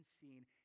seen